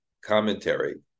Commentary